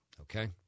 Okay